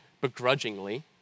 begrudgingly